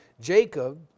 Jacob